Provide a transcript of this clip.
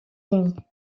unis